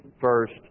first